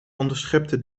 onderschepte